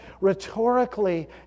rhetorically